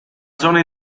zona